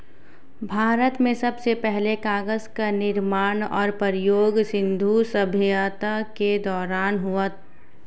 भारत में सबसे पहले कागज़ का निर्माण और प्रयोग सिन्धु सभ्यता के दौरान हुआ